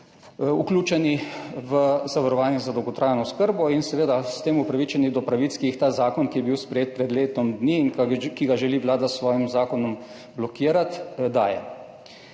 vključeni v zavarovanje za dolgotrajno oskrbo in seveda s tem upravičeni do pravic, ki jih ta zakon, ki je bil sprejet pred letom dni in ki ga želi Vlada s svojim zakonom blokirati, daje.